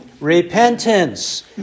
Repentance